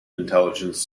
intelligence